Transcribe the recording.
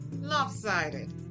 lopsided